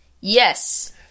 Yes